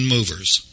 Movers